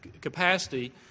capacity